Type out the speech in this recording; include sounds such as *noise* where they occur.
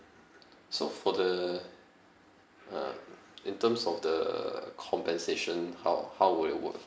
*noise* so for the uh in terms of the compensation how how will it work